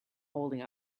holding